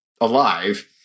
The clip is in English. alive